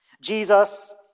Jesus